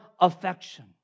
affection